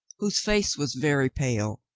whose face was very pale,